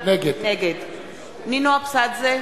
נגד נינו אבסדזה,